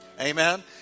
Amen